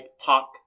talk